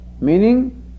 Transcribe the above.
Meaning